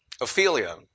Ophelia